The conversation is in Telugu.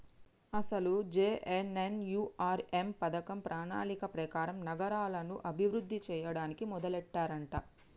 అసలు జె.ఎన్.ఎన్.యు.ఆర్.ఎం పథకం ప్రణాళిక ప్రకారం నగరాలను అభివృద్ధి చేయడానికి మొదలెట్టారంట